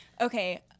Okay